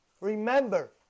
remember